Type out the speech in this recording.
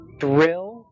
thrill